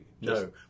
No